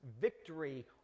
victory